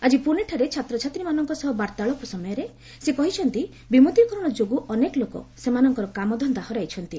ଆଜି ପୁଣେଠାରେ ଛାତ୍ରଛାତ୍ରୀମାନଙ୍କ ସହ ବାର୍ତ୍ତାଳାପ ସମୟରେ ସେ କହିଛନ୍ତି ବିମୁଦ୍ରୀକରଣ ଯୋଗୁଁ ଅନେକ ଲୋକ ସେମାନଙ୍କର କାମଧନ୍ଦା ହରାଇଛନ୍ତି